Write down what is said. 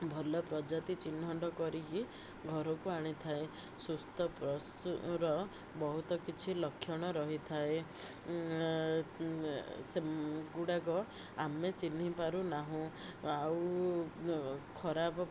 ଭଲ ପ୍ରଜାତି ଚିହ୍ନଟ କରିକି ଘରକୁ ଆଣିଥାଏ ସୁସ୍ଥ ପଶୁର ବହୁତ କିଛି ଲକ୍ଷଣ ରହିଥାଏ ସେ ଗୁଡ଼ାକ ଆମେ ଚିହ୍ନି ପାରୁନାହୁଁ ଆଉ ଖରାପ